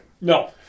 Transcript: No